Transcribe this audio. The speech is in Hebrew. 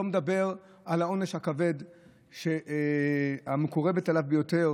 הוא לא מדבר על העונש הכבד שהמקורבת אליו ביותר